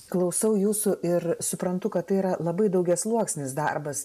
klausau jūsų ir suprantu kad tai yra labai daugiasluoksnis darbas